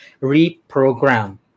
Reprogram